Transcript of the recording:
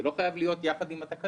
זה לא חייב להיות ביחד עם התקנות.